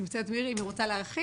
נמצאת פה מירי, אם היא רוצה להרחיב.